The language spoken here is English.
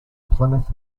plymouth